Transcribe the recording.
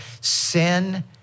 Sin